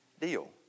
deal